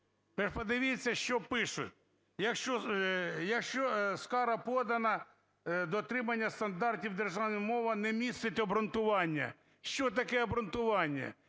подивіться, що пишуть: якщо скарга подана, дотримання стандартів, державна мова не містить обґрунтування. Що таке обґрунтування?